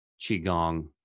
Qigong